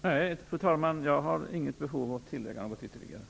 Fru talman! Nej, jag har inget behov att tillägga någonting ytterligare.